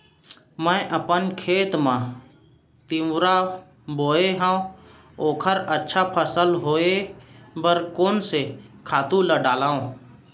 मैं अपन खेत मा तिंवरा बोये हव ओखर अच्छा फसल होये बर कोन से खातू ला डारव?